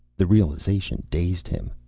the realization dazed him.